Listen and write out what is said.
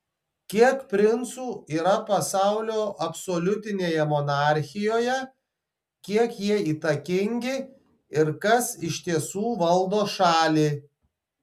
kiek princų yra pasaulio absoliutinėje monarchijoje kiek jie įtakingi ir kas iš tiesų valdo šalį